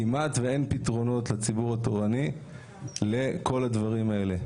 כמעט ואין פתרונות לציבור התורני לכל הדברים האלה.